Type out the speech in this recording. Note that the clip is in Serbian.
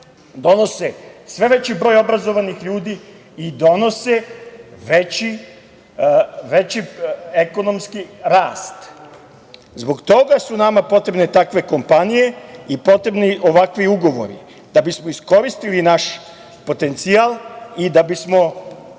donose sve veći broj obrazovanih ljudi i donose veći ekonomski rast. Zbog toga su nama potrebne takve kompanije i potrebni ovakvi ugovori da bismo iskoristili naš potencijal i da bi smo išli